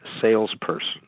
salesperson